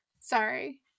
Sorry